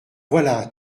voilà